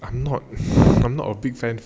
I'm not I'm not a big fan